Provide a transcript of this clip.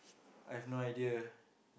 I have no idea